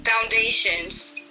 foundations